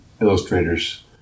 illustrators